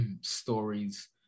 stories